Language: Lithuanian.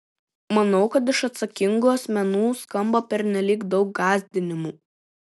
manau kad iš atsakingų asmenų skamba pernelyg daug gąsdinimų